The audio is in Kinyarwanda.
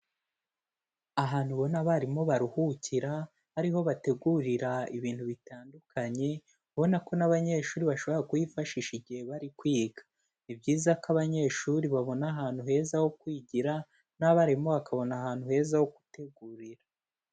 Ahantu ubona abarimu baruhukira ariho bategurira ibintu bitandukanye, ubona ko n'abanyeshuri bashobora kuhifashisha igihe bari kwiga, ni byiza ko abanyeshuri babona ahantu heza ho kwigira n'abarimu bakabona ahantu heza ho gutegurira.